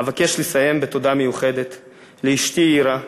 אבקש לסיים בתודה מיוחדת לאשתי אירה,